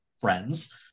friends